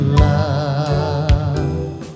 love